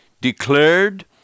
declared